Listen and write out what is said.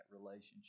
relationship